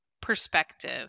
perspective